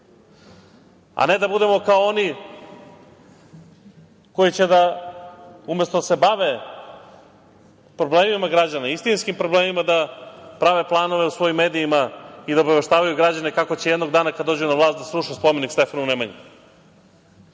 a ne da budemo kao oni koji će da, umesto da se bave problemima građana, istinskim problemima, prave planove u svojim medijima i da obaveštavaju građane kako će jednog dana, kada dođu na vlast, da sruše spomenik Stefanu Nemanji,